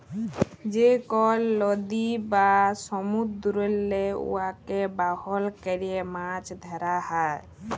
যে কল লদী বা সমুদ্দুরেল্লে উয়াকে বাহল ক্যরে মাছ ধ্যরা হ্যয়